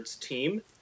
Team